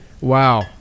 Wow